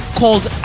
called